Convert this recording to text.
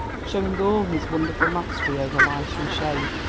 showing all his wonderful mastery over light and shade.